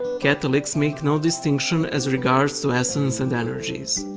catholics make no distinction as regards to essence and energies.